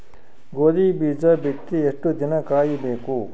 ಗೋಧಿ ಬೀಜ ಬಿತ್ತಿ ಎಷ್ಟು ದಿನ ಕಾಯಿಬೇಕು?